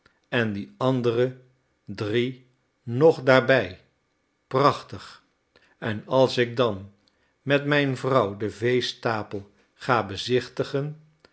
en die andere drie nog daar bij prachtig en als ik dan met mijn vrouw den veestapel ga bezichtigen